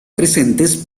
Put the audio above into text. presentes